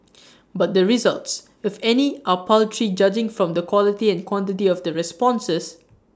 but the results if any are paltry judging from the quality and quantity of the responses